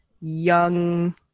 young